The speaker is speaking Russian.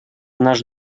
наш